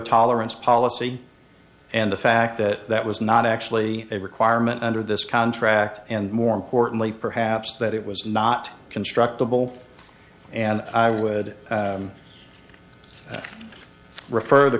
tolerance policy and the fact that that was not actually a requirement under this contract and more importantly perhaps that it was not constructable and i would refer t